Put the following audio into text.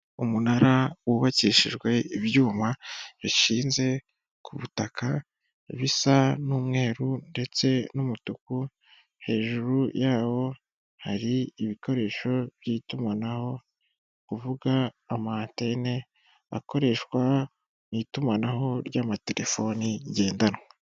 Umunara wubakishijwe ibyuma bishinze ku butaka bisa n'umweru ndetse n'umutuku, hejuru yawo hari ibikoresho by'itumanaho, uvuga amatene akoreshwa mu itumanaho ry'amatelefoni ngendanwa.